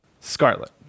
Scarlet